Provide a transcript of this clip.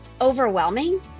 overwhelming